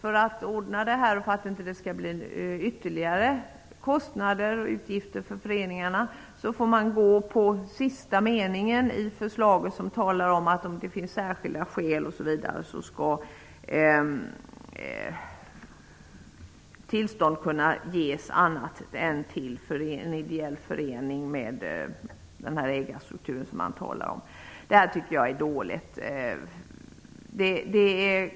ör att det inte skall bli ytterligare kostnader och utgifter för föreningarna har utskottet som svar på en motion från mig hänvisat till sista meningen i förslaget. Där sägs det att tillstånd skall kunna ges till andra än ideell förening med den ägarstruktur som man talar om, om det finns särskilda skäl. Det tycker jag är dåligt.